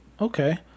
okay